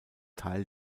teil